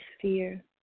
fear